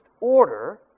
order